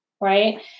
Right